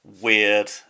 weird